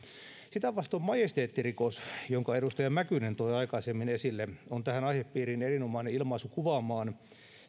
sitä vastoin majesteettirikos jonka edustaja mäkynen toi aikaisemmin esille on tähän aihepiiriin erinomainen ilmaisu kuvaamaan